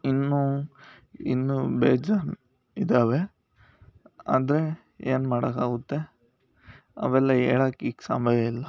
ಇನ್ನೂ ಇನ್ನೂ ಬೇಜಾನ್ ಇದಾವೆ ಆದರೆ ಏನು ಮಾಡಕ್ಕಾಗುತ್ತೆ ಅವೆಲ್ಲ ಹೇಳಕ್ ಈಗ ಸಮಯ ಇಲ್ಲ